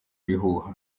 bihuha